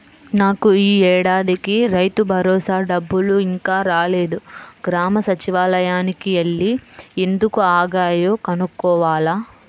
నాకు యీ ఏడాదికి రైతుభరోసా డబ్బులు ఇంకా రాలేదు, గ్రామ సచ్చివాలయానికి యెల్లి ఎందుకు ఆగాయో కనుక్కోవాల